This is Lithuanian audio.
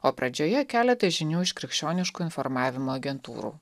o pradžioje keletas žinių iš krikščioniškų informavimo agentūrų